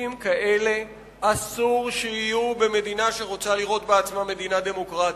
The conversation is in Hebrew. חוקים כאלה אסור שיהיו במדינה שרוצה לראות בעצמה מדינה דמוקרטית.